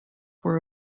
were